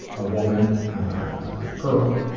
a woman girl.